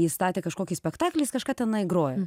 jis statė kažkokį spektaklį jis kažką tenai grojo